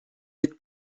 mit